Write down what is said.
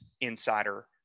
Insider